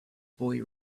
boy